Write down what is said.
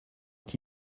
qui